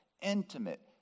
Intimate